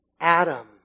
Adam